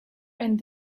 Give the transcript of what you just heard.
and